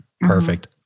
Perfect